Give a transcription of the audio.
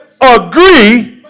agree